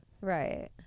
Right